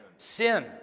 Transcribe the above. Sin